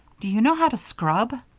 do you know how to scrub?